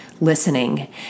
listening